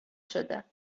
شده